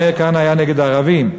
מאיר כהנא היה נגד ערבים,